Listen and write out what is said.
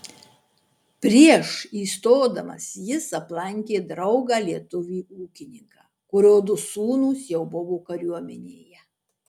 prieš įstodamas jis aplankė draugą lietuvį ūkininką kurio du sūnūs jau buvo kariuomenėje